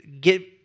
get